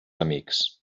amics